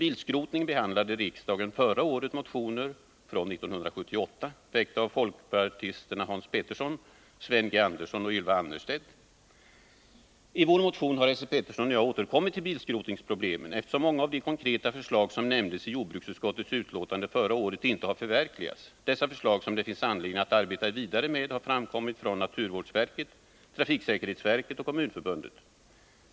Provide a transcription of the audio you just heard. I vår motion har Esse Petersson och jag återkommit till bilskrotningsproblemen, eftersom många av de konkreta förslag som nämndes i jordbruksutskottets betänkande förra året inte har förverkligats. Dessa förslag som det finns anledning att arbeta vidare med har framkommit från naturvårdsverket, trafiksäkerhetsverket och Kommunförbundet.